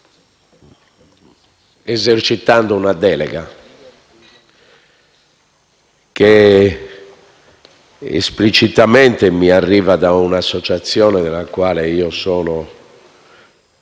esercitando una delega che esplicitamente mi arriva da un'associazione della quale sono